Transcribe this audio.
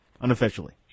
unofficially